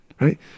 Right